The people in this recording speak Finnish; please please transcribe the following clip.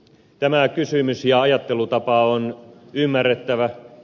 tämä kysymys ja ajattelutapa on ymmärrettävä